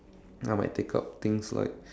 I might take up things like